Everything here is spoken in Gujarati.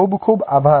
ખુબ ખુબ આભાર